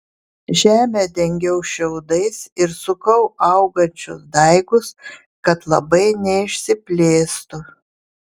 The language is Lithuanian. žemę dengiau šiaudais ir sukau augančius daigus kad labai neišsiplėstų